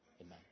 Amen